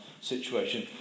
situation